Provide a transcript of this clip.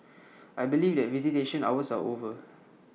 I believe that visitation hours are over